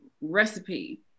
recipe